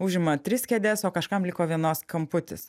užima tris kėdes o kažkam liko vienos kamputis